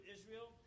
Israel